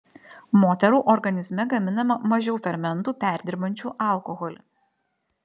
moterų organizme gaminama mažiau fermentų perdirbančių alkoholį